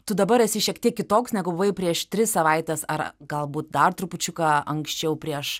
tu dabar esi šiek tiek kitoks negu buvai prieš tris savaites ar galbūt dar trupučiuką anksčiau prieš